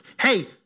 hey